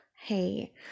hey